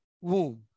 womb